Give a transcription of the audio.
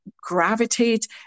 gravitate